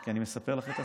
כי אני מספר לך את הסיפור.